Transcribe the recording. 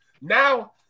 Now